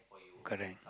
correct